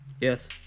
Yes